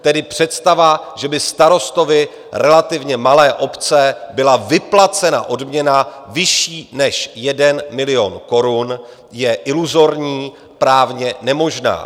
Tedy představa, že by starostovi relativně malé obce byla vyplacena odměna vyšší než 1 milion korun, je iluzorní, právně nemožná.